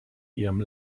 ihrem